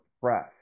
press